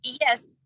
Yes